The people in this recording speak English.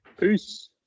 Peace